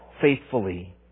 faithfully